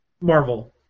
Marvel